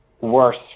worse